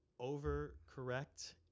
overcorrect